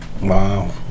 Wow